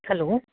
hello